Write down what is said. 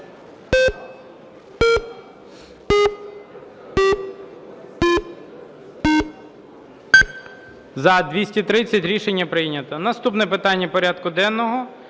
За-230 Рішення прийнято. Наступне питання порядку денного